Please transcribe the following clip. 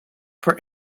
for